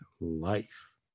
life